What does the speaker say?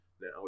now